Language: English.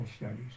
studies